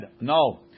No